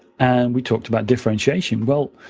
and we talked about differentiation. well,